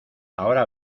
ahora